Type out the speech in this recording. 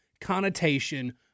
connotation